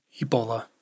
Ebola